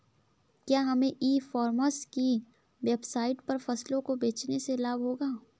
क्या हमें e commerce की वेबसाइट पर फसलों को बेचने से लाभ होगा?